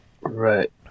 Right